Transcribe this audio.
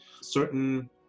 certain